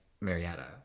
Marietta